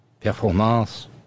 Performance